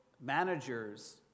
managers